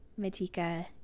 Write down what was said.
Matika